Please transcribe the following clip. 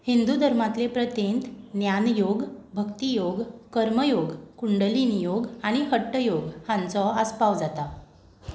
हिंदू धर्मांतले प्रथेंत ज्ञानयोग भक्तियोग कर्मयोग कुंडलिनियोग आनी हट्टयोग हांचो आस्पाव जाता